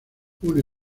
une